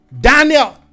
Daniel